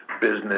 business